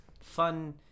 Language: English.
fun